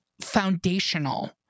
foundational